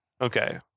Okay